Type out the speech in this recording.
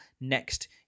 next